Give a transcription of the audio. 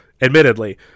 admittedly